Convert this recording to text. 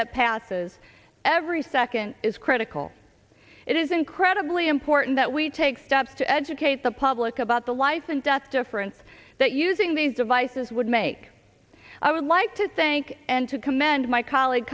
that passes every second is critical it is incredibly important that we take steps to educate the public about the life and death difference that using these devices would make i would like to thank and to commend my colleague